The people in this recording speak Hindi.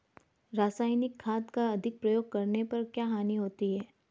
रासायनिक खाद का अधिक प्रयोग करने पर क्या हानि होती है?